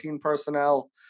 personnel